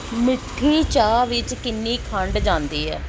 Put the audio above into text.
ਮਿੱਠੀ ਚਾਹ ਵਿੱਚ ਕਿੰਨੀ ਖੰਡ ਜਾਂਦੀ ਹੈ